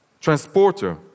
transporter